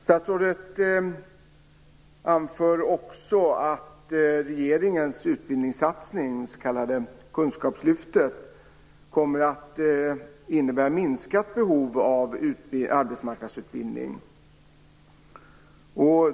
Statsrådet anför också att regeringens utbildningssatsning, det s.k. Kunskapslyftet, kommer att innebära ett minskat behov av arbetsmarknadsutbildning.